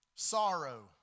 Sorrow